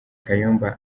kayumba